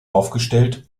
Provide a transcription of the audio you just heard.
aufgestellt